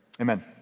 Amen